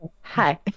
hi